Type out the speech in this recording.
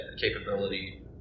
capability